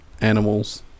animals